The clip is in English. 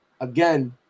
again